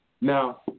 Now